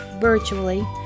virtually